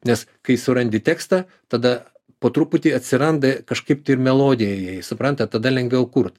nes kai surandi tekstą tada po truputį atsiranda kažkaip tai ir melodija jai suprantat tada lengviau kurt